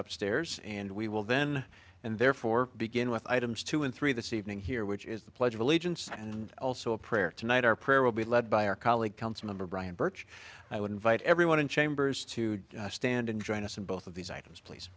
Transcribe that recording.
up stairs and we will then and therefore begin with items two and three this evening here which is the pledge of allegiance and also a prayer tonight our prayer will be led by our colleague council member brian birch i would invite everyone in chambers to stand and join us in both of these items please